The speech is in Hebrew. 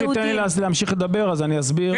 אם תיתנו לי להמשיך לדבר אסביר.